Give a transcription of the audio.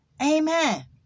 Amen